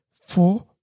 four